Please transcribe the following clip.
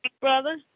brother